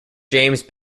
james